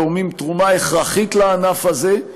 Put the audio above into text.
תורמים תרומה הכרחית לענף הזה,